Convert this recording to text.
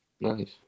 Nice